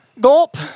Gulp